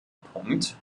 punkt